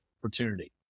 opportunity